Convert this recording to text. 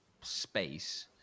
space